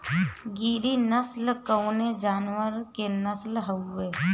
गिरी नश्ल कवने जानवर के नस्ल हयुवे?